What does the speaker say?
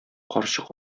карчык